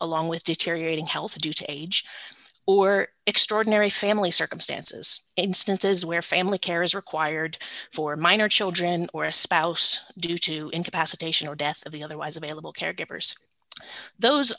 along with deteriorating health due to age or extraordinary family circumstances instances where family care is required for minor children or a spouse due to incapacitation or death of the otherwise available caregivers those